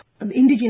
indigenous